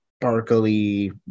sparkly